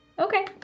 Okay